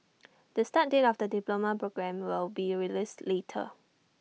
the start date of the diploma programme will be released later